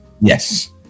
Yes